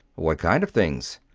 what kind of things?